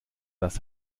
dass